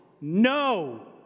No